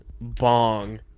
bong